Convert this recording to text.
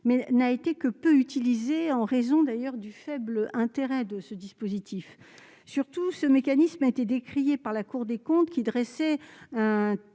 mais n'a été que peu utilisée en raison d'ailleurs du faible intérêt de ce dispositif, surtout, ce mécanisme a été décrié par la Cour des comptes, qui dressait un